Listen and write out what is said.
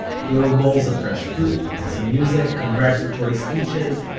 there were bowls of fresh fruit, some music, congratulatory speeches,